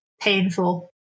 Painful